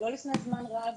לא לפני זמן רב.